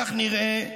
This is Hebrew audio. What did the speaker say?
כך נראה,